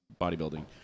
bodybuilding